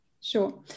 Sure